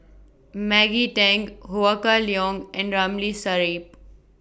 Maggie Teng Ho Kah Leong and Ramli Sarip